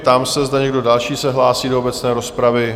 Ptám se, zda někdo další se hlásí do obecné rozpravy?